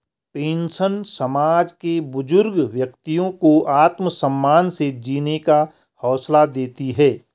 pension समाज के बुजुर्ग व्यक्तियों को आत्मसम्मान से जीने का हौसला देती है